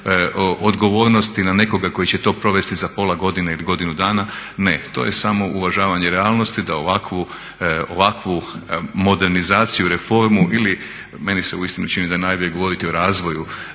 odgovornosti na nekoga tko će to provesti za pola godine ili godinu dana. Ne, to je samo uvažavanje realnosti da ovakvu modernizaciju, reformu ili meni se uistinu čini da je najbolje govoriti o razvoju